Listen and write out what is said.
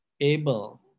able